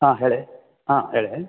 ಹಾಂ ಹೇಳಿ ಹಾಂ ಹೇಳಿ